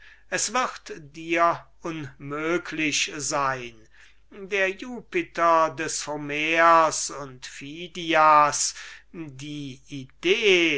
es wird dir unmöglich sein der jupiter des homer und phidias die idee